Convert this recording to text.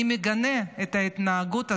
אני מגנה את ההתנהגות הזו,